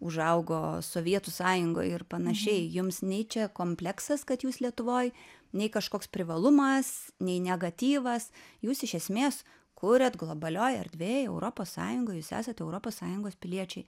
užaugo sovietų sąjungoj ir panašiai jums nei čia kompleksas kad jūs lietuvoj nei kažkoks privalumas nei negatyvas jūs iš esmės kuriat globalioj erdvėj europos sąjungoj jūs esat europos sąjungos piliečiai